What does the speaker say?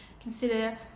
consider